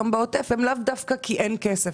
בעוטף עזה ההטבה היא לאו דווקא בגלל שאין כסף,